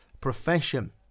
profession